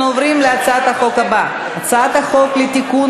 נספחות.] אנחנו עוברים להצעת החוק הבאה: הצעת חוק לתיקון